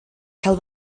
cael